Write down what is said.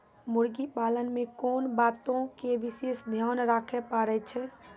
मुर्गी पालन मे कोंन बातो के विशेष ध्यान रखे पड़ै छै?